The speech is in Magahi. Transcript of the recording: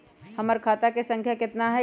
हमर खाता के सांख्या कतना हई?